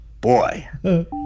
Boy